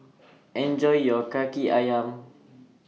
Enjoy your Kaki Ayam